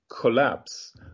collapse